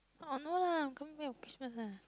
oh no lah come here on Christmas lah